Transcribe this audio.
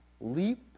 Leap